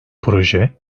proje